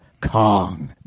Kong